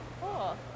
Cool